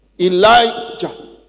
Elijah